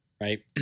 right